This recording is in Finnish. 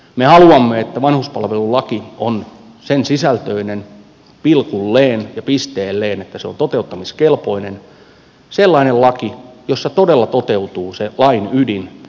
me haluamme että vanhuspalvelulaki on sen sisältöinen pilkulleen ja pisteelleen että se on toteuttamiskelpoinen sellainen laki jossa todella toteutuu se lain ydin